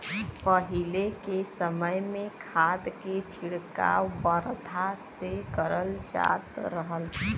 पहिले के समय में खाद के छिड़काव बरधा से करल जात रहल